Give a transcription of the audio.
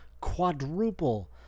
quadruple